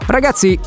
Ragazzi